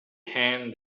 hand